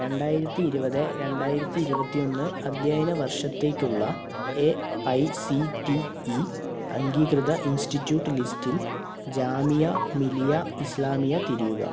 രണ്ടായിരത്തി ഇരുപത് രണ്ടായിരത്തി ഇരുപത്തിയൊന്ന് അദ്ധ്യയന വർഷത്തേക്കുള്ള A I C T E institute ഇൻസ്റ്റിറ്റ്യൂട്ട് ലിസ്റ്റിൽ ജാമിയ മിലിയ ഇസ്ലാമിയ തിരിയുക